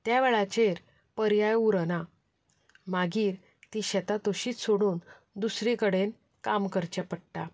त्या वेळाचेर पर्याय उरना मागीर तीं शेतां तशींच सोडून दुसरी कडेन काम करचें पडटा